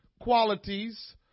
qualities